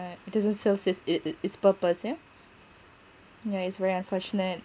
doesn't serve its it it its purpose yeah yeah it's very unfortunate